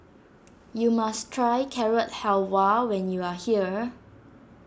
you must try Carrot Halwa when you are here